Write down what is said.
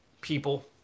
people